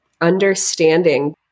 understanding